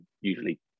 usually